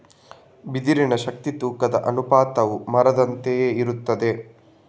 ಬಿದಿರಿನ ಶಕ್ತಿ ತೂಕದ ಅನುಪಾತವು ಮರದಂತೆಯೇ ಇರುತ್ತದೆ